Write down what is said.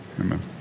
Amen